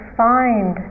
find